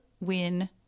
win